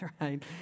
right